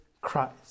Christ